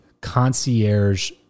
concierge